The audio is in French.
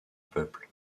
peuple